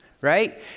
right